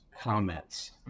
comments